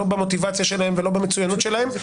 לא במוטיבציה שלהם ולא במצוינות שלהם,